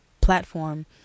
platform